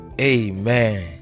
amen